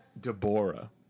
Deborah